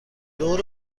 دور